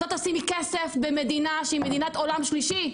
את לא תשימי כסף במדינה שהיא מדינת עולם שלישי.